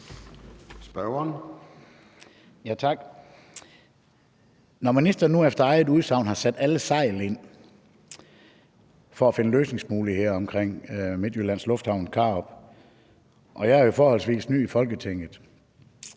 Tak. Ministeren har efter eget udsagn sat alle sejl til for at finde løsningsmuligheder for Midtjyllands Lufthavn, Karup. Jeg er jo forholdsvis ny i Folketinget,